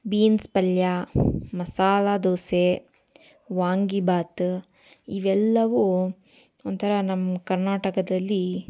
beans ಪಲ್ಯ ಮಸಾಲೆ ದೋಸೆ ವಾಂಗೀಭಾತು ಇವೆಲ್ಲವೂ ಒಂಥರ ನಮ್ಮ ಕರ್ನಾಟಕದಲ್ಲಿ